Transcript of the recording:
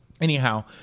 anyhow